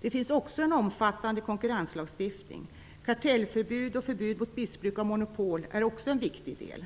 Det finns också en omfattande konkurrenslagstiftning. Kartellförbud och förbud mot missbruk av monopol är också en viktig del.